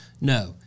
No